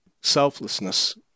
selflessness